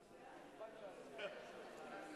יש